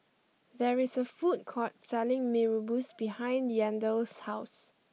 there is a food court selling Mee Rebus behind Yandel's house